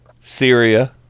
syria